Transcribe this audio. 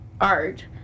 art